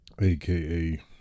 AKA